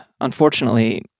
unfortunately